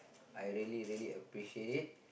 I really really appreciate it